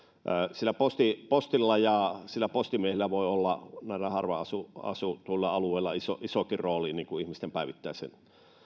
sillä postilla postilla ja sillä postimiehellä voi olla näillä harvaan asutuilla alueilla isokin rooli ihmisten päivittäisen